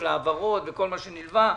של העברות וכל מה שנלווה,